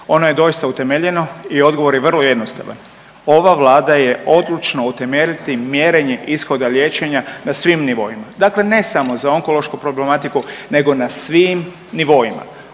Ono je doista utemeljeno i odgovor je vrlo jednostavan. Ova Vlada je odlučna utemeljiti mjerenje ishoda liječenja na svim nivoima. Dakle, ne samo za onkološku problematiku nego na svim nivoima.